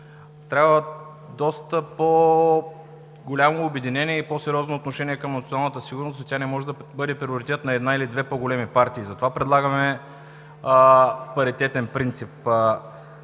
трябва доста по-голямо обединение и по-сериозно отношение към националната сигурност, тя не може да бъде приоритет на една или две по-големи партии. Затова предлагаме паритетен принцип.